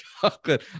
chocolate